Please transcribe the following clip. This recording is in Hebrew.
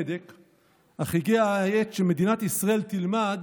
ובצדק, אך הגיעה העת שמדינת ישראל תלמד